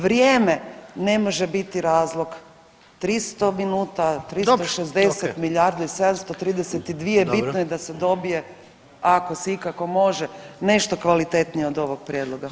Vrijeme ne može biti razlog 300 minuta, 360, milijardu [[Upadica: Dobro, ok.]] i 732 bitno je da se dobije [[Upadica: Dobro.]] ako se ikako može nešto kvalitetnije od ovog prijedloga.